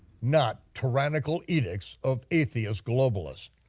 not tyrannical edicts of atheist globalists.